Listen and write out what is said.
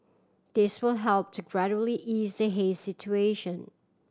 this will help to gradually ease the haze situation